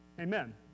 Amen